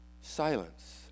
Silence